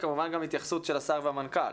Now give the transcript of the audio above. כמובן שעוד תהיה התייחסות של השר והמנכ"ל.